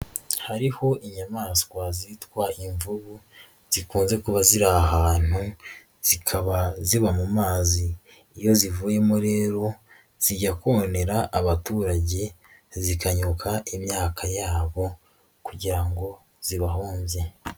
Hariho inyamaswa zitwa imvubu zikunze kuba ziri ahantu zikaba ziba mu mazi, iyo zivuyemo rero zijya konera abaturage zikanyuka imyaka yabo kugira ngo zibahombye.